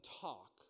talk